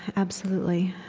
absolutely.